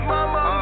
Mama